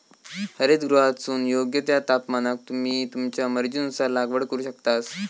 हरितगृहातसून योग्य त्या तापमानाक तुम्ही तुमच्या मर्जीनुसार लागवड करू शकतास